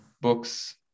books